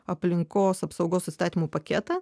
aplinkos apsaugos įstatymų paketą